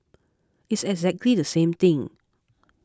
it's exactly the same thing